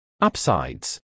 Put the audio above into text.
Upsides